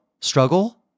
struggle